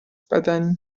بدنی